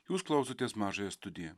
jūs klausotės mažąją studiją